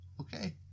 Okay